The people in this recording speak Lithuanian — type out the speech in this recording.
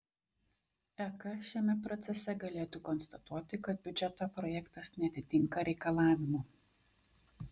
ek šiame procese galėtų konstatuoti kad biudžeto projektas neatitinka reikalavimų